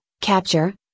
capture